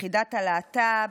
יחידת הלהט"ב,